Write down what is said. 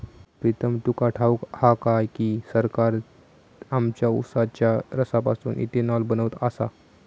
प्रीतम तुका ठाऊक हा काय की, सरकार आमच्या उसाच्या रसापासून इथेनॉल बनवत आसा